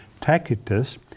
Tacitus